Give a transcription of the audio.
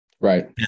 Right